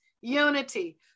unity